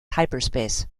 hyperspace